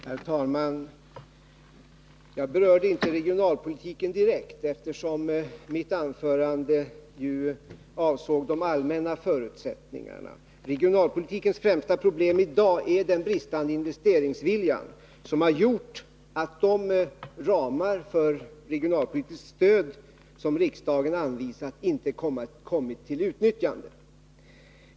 Herr talman! Jag berörde inte regionalpolitiken direkt, eftersom mitt anförande avsåg de allmänna förutsättningarna. Regionalpolitikens främsta problem i dag är den bristande investeringsviljan, som har medfört att de ramar för regionalpolitiskt stöd som riksdagen har anvi at inte har kommit till utnyttjande.